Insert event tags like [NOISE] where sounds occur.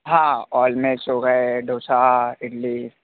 हाँ ऑल [UNINTELLIGIBLE] हो गए डोसा इडली